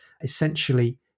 essentially